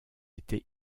été